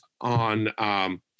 on